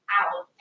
out